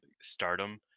Stardom